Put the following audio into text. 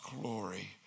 glory